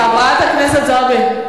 חברת הכנסת זועבי,